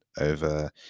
over